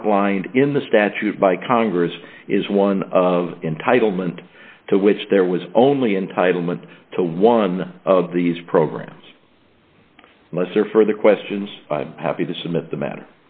outlined in the statute by congress is one of entitlement to which there was only entitlement to one of these programs most or for the questions happy to submit the matter